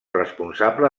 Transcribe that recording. responsable